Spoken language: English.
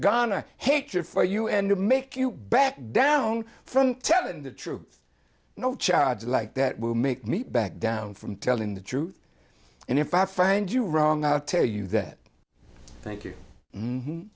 gonna hatred for you and to make you back down from telling the truth no charge like that will make me back down from telling the truth and if i find you wrong i'll tell you that thank you